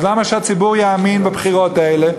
אז למה שהציבור יאמין בבחירות האלה?